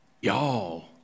y'all